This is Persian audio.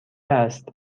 است